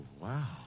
wow